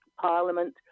Parliament